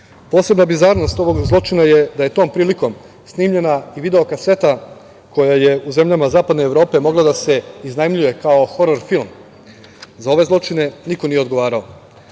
bizarnost ovog zločina je da je tom prilikom snimljena i video kaseta koja je u zemljama zapadne Evrope mogla da se iznajmljuje kao horor film. Za ove zločine niko nije odgovarao. Zatim